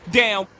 down